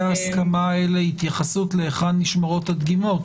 ההסכמה האלה התייחסויות להיכן נשמרות הדגימות?